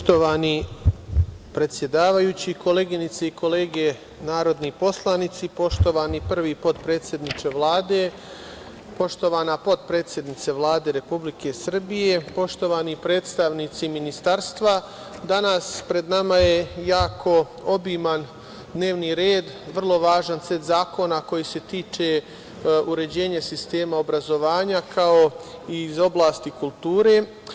Poštovani predsedavajući, koleginice i kolege narodni poslanici, poštovani prvi potpredsedniče Vlade, poštovana potpredsednice Vlade Republike Srbije, poštovani predstavnici Ministarstva, danas pred nama je jako obiman dnevni red, vrlo važan set zakon koji se tiče uređenja sistema obrazovanja iz oblasti kulture.